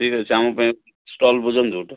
ଠିକ୍ ଅଛି ଆମ ପାଇଁ ଷ୍ଟଲ୍ ବୁଝନ୍ତୁ ଗୋଟିଏ